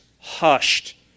hushed